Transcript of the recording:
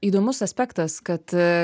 įdomus aspektas kad